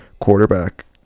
quarterback